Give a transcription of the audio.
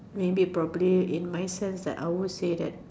maybe probably in my sense that I will say that